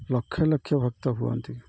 ଲକ୍ଷ ଲକ୍ଷ ଭକ୍ତ ହୁଅନ୍ତି